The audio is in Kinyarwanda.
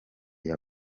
cya